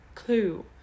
clue